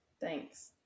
thanks